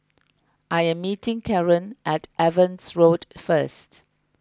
I am meeting Caren at Evans Road first